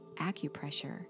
acupressure